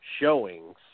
showings